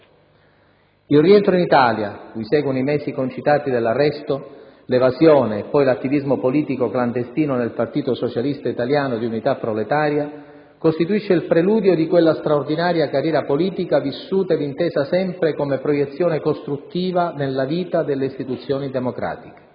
Il rientro in Italia, cui seguono i mesi concitati dell'arresto, l'evasione e poi l'attivismo politico clandestino nel Partito socialista italiano di unità proletaria, costituisce il preludio di quella straordinaria carriera politica vissuta ed intesa sempre come proiezione costruttiva nella vita delle istituzioni democratiche.